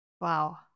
Wow